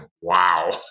wow